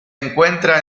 encuentra